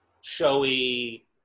showy